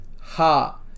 ha